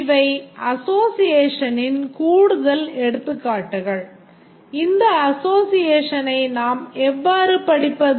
இவை association இன் கூடுதல் எடுத்துக்காட்டுகள் இந்த association ஐ நாம் எவ்வாறு படிப்பது